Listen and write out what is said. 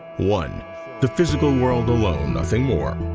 one the physical world alone, nothing more.